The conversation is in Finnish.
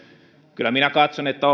kyllä minä katson että